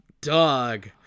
dog